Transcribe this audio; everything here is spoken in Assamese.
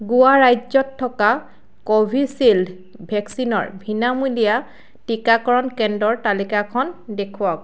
গোৱা ৰাজ্যত থকা কোভিচিল্ড ভেকচিনৰ বিনামূলীয়া টীকাকৰণ কেন্দ্ৰৰ তালিকাখন দেখুৱাওক